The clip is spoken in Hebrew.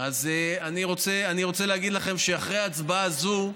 אני רוצה להגיד לכם שאחרי ההצבעה הזאת,